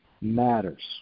matters